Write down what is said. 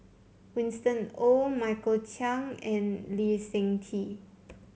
Winston Oh Michael Chiang and Lee Seng Tee